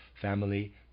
family